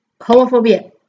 Homophobia